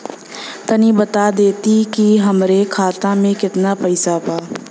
तनि बता देती की हमरे खाता में कितना पैसा बा?